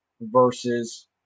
versus